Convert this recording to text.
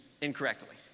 incorrectly